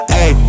Hey